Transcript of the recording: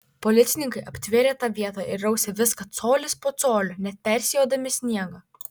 policininkai aptvėrė tą vietą ir rausė viską colis po colio net persijodami sniegą